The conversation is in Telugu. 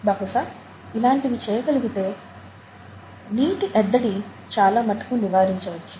బహుశా ఇలాంటి చేయగలిగితే నీటి ఎద్దడిని చాలా మట్టుకు నివారించవచ్చు